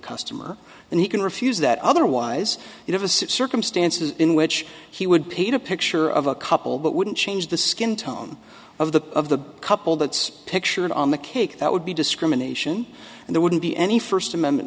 customer then he can refuse that otherwise you have a suit circumstances in which he would paint a picture of a couple but wouldn't change the skin tone of the couple that's pictured on the cake that would be discrimination and there wouldn't be any first amendment